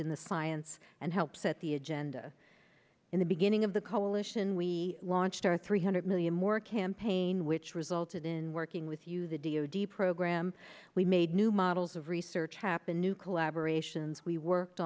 in the science and help set the agenda in the beginning of the coalition we launched our three hundred million more campaign which resulted in working with you the d o d program we made new models of research happy new collaboration's we worked